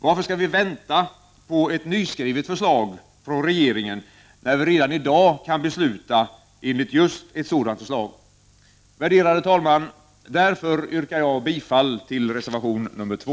Varför skall vi vänta på ett nyskrivet förslag från regeringen, när vi redan i dag kan besluta enligt just ett sådant förslag? Värderade talman! Därför yrkar jag bifall till reservation nr 2.